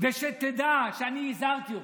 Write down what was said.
תדע שהזהרתי אותך,